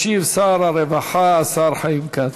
ישיב שר הרווחה, השר חיים כץ.